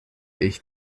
ich